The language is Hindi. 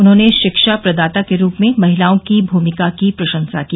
उन्होंने शिक्षा प्रदाता के रूप में महिलाओं की भूमिका की प्रशंसा की